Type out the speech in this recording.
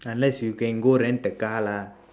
unless you can go rent a car lah